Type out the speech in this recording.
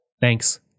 Thanks